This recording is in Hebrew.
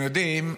אתם יודעים,